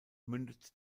mündet